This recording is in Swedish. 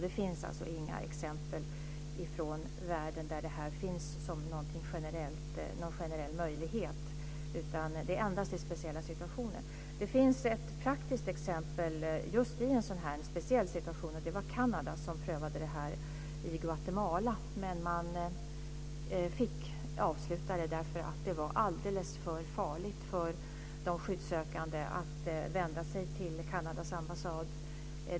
Det finns alltså inga exempel i världen där det här finns som någon generell möjlighet, utan det är endast i speciella situationer. Det finns ett praktiskt exempel just i en sådan här speciell situation. Det var Kanada som prövade det här i Guatemala, men man fick avsluta det därför att det var alldeles för farligt för de skyddssökande att vända sig till Kanadas ambassad.